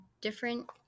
different